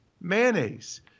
mayonnaise